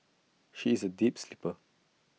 she is A deep sleeper